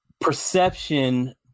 perception